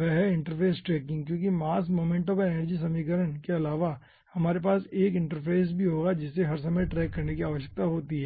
वह है interface tracking क्योंकि मास मोमेंटम और एनर्जी समीकरण के अलावा हमारे पास 1 इंटरफ़ेस भी होगा जिसे हर समय ट्रैक करने की आवश्यकता होती है